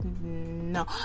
no